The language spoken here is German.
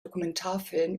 dokumentarfilm